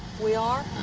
we are?